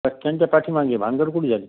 बसस्टँडच्या पाठीमागे भानगड कुठंं झाली